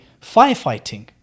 firefighting